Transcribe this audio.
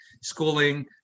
schooling